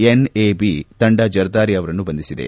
NAB ತಂಡ ಜರ್ದಾರಿ ಅವರನ್ನು ಬಂಧಿಸಿದೆ